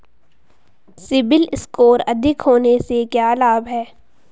CIBIL score अधिक होने से क्या लाभ हैं?